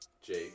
Jake